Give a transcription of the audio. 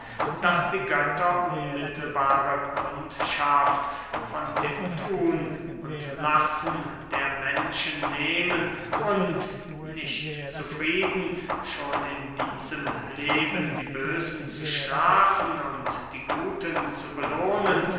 daß die götter unmittelbare kundschaft von dem thun und lassen der menschen nähmen und nicht zufrieden schon in diesem leben die bösen zu strafen und die guten zu belohnen